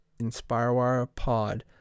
inspirewirepod